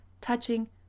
touching